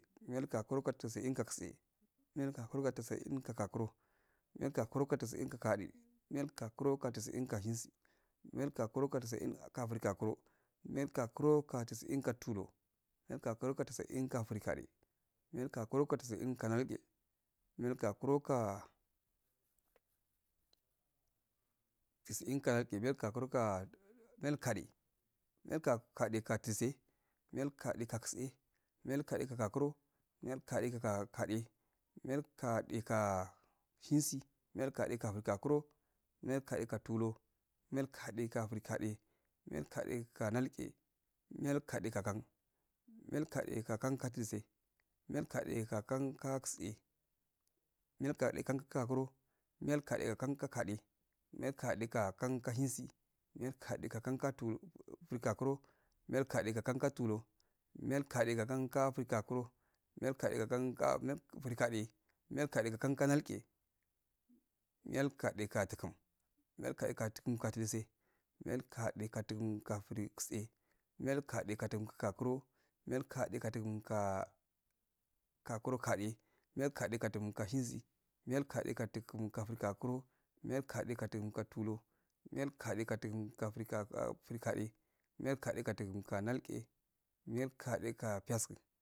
Miyal gakuro kika tisi'in ka tse, miya gakuro ki ka. tisi'in ka gakuro, miyal gakuro kika tisi'in ka gade miyal gaskuno kika tisi'in ka shen si, miyal gakuro kika tisi'in ka frigakuro, miyal gakuro kika tisi'in ka tulur miyal. gauro ki ka tisin ka frigade, miyal gakuru ki katisi'in ka nalgel miyal gakuro kika tisin ka nalge, miyal yakun ki ka miya gade miyal gade lka dulse, magal gade ka tse, miyal gode. ka gakuro, miyal gade ka gode, miyal gade ka shensi, miyal gade ka frigu kuro, miyal gade ka tulur, miyal gade ke frigade, miyal gade ka nalge, miyal gade ka kan, miyal gade ka kan dultse, miyal gade ka kan tse, miyal gade kakan ka gakuro, miyal gade ka kan ka gade, miyal gade ka kan ksan shensi, miyal gade ka kan. ka tular frigakuro, miyal gade ka kan tulur, miyal gade ka kan ko frigakuro, miyal gade ka kan ko frigade, miyal gade ka ksan ko nalge, miya gade ka dugan, miyal gade ka dugum ka dultse, miya gade ka dugum ki ki fritse miyal gadre kadugum ka ksakurol miyal gaɗe ka dugum kagakuro gade, miyal dade ka dugum ka shensi, miyal gade ka dugum ka frigokuno, miyal yade ki dagum ka tulum, miyal gaɗe ka dugum ka frigaɗe, miyal gaɗe ka dugum ka nalge, miyal gade ka piyasku.